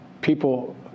people